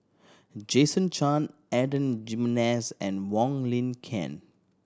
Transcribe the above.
Jason Chan Adan Jimenez and Wong Lin Ken